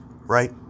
right